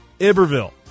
Iberville